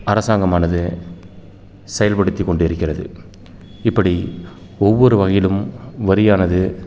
அரசாங்கமானது செயல்படுத்திக்கொண்டு இருக்கிறது இப்படி ஒவ்வொரு வகையிலும் வரியானது